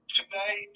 today